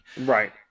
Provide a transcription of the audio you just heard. Right